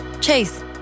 Chase